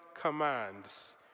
commands